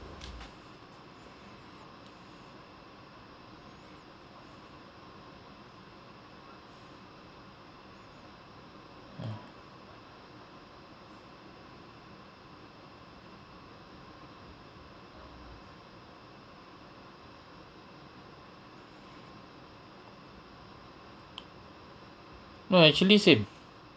mm no actually same